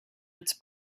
its